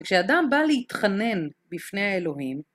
כשאדם בא להתחנן בפני האלוהים...